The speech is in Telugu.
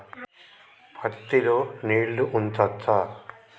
పత్తి లో నీళ్లు ఉంచచ్చా?